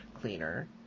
cleaner